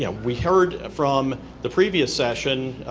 yeah we heard from the previous session,